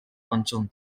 conjunt